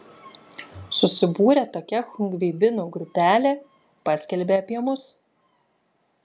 susibūrė tokia chungveibinų grupelė paskelbė apie mus